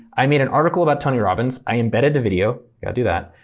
i made an article about tony robbins, i embedded the video. i'll do that.